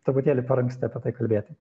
truputėlį per anksti apie tai kalbėti